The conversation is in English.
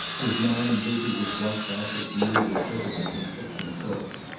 his mind busy with what bassett knew were bitter and conflicting thoughts.